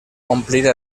omplir